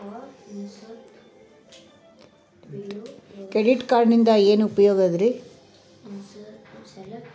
Credit ಕಾರ್ಡಿನಿಂದ ಏನು ಉಪಯೋಗದರಿ?